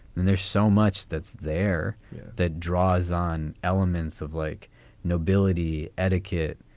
and there's so much that's there that draws on elements of like nobility, etiquette,